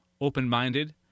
open-minded